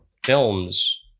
films